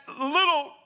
little